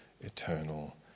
eternal